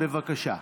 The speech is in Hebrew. בבקשה.